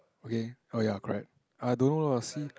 okay oh ya correct I don't know lah see